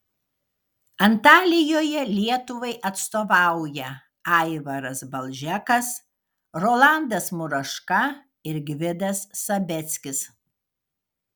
antalijoje lietuvai atstovauja aivaras balžekas rolandas muraška ir gvidas sabeckis